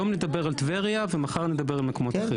כי היום אנחנו נדבר על טבריה ומחר נדבר על מקומות אחרים.